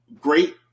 great